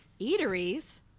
Eateries